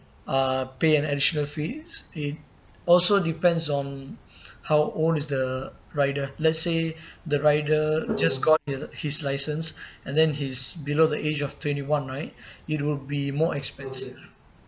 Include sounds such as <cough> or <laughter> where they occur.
uh pay an additional fees it also depends on <breath> how old is the rider let's say the rider just got uh his license and then he's below the age of twenty one right <breath> it will be more expensive